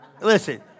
Listen